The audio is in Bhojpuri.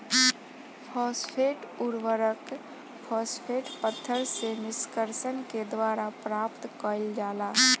फॉस्फेट उर्वरक, फॉस्फेट पत्थर से निष्कर्षण के द्वारा प्राप्त कईल जाला